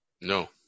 no